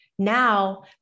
Now